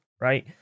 right